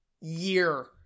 year